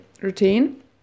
routine